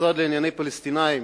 למשרד לענייני פלסטינים